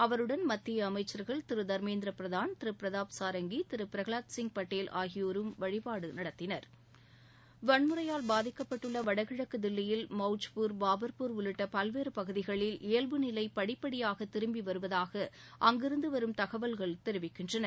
அவருடன் மத்திய அமைச்ச்கள் திரு தர்மேந்திர பிரதான் திரு பிரதாப் சாரங்கி மற்றம் திரு பிரகலாத் சிங் பட்டேல் ஆகியோரும் வழிபாடு நடத்தினா் வன்முறையால் பாதிக்கப்பட்டுள்ள வடகிழக்கு தில்லியில் மவுஜ்பூர் பாபாப்பூர் உள்ளிட்ட பல்வேறு பகுதிகளில் இயல்பு நிலை படி படியாக திரும்பி வருவதாக அங்கிருந்து வரும் தகவல்கள் தெரிவிக்கின்றன